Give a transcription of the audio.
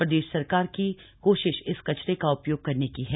प्रदेश सरकार की कोशिश इस कचरे का उपयोग करने की है